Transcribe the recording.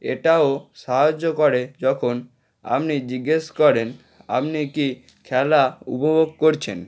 এটাও সাহায্য করে যখন আপনি জিজ্ঞেস করেন আপনি কি খেলা উপভোগ করছেন